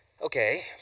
Okay